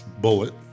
bullet